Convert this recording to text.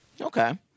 Okay